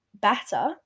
Better